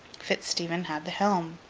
fitz-stephen had the helm.